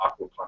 aquaponics